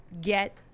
get